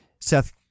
Seth